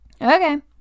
Okay